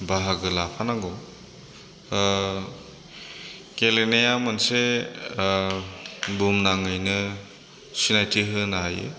बाहागो लाफानांगौ गेलेनाया मोनसे बुहुमनाङैनो सिनायथि होनो हायो